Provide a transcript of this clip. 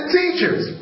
teachers